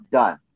done